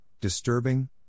disturbing